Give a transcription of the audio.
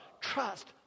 trust